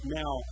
now